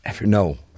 No